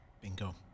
Bingo